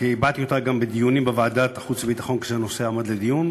כי הבעתי אותה גם בדיונים בוועדת החוץ והביטחון כשהנושא עמד לדיון,